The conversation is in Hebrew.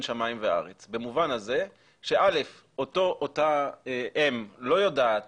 שמים וארץ במובן הזה שאותה אם לא יודעת,